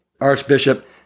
Archbishop